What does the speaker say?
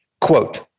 quote